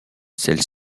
celle